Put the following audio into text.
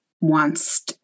wants